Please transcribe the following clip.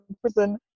prison